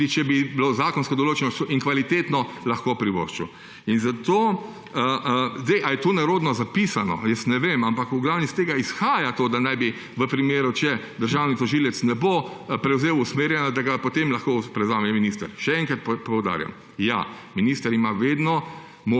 tudi če bi bilo zakonsko določeno in kvalitetno, lahko privoščili. A je to nerodno zapisano, jaz ne vem, ampak v glavnem iz tega izhaja to, da naj bi v primeru, če državni tožilec ne bo prevzel usmerjanja, da ga potem lahko prevzame minister. Še enkrat poudarjam, ja, minister ima vedno